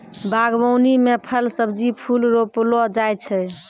बागवानी मे फल, सब्जी, फूल रौपलो जाय छै